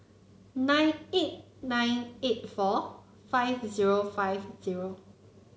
nine eight nine eight four five zero five zero